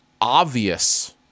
obvious